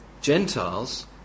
Gentiles